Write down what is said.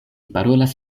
parolas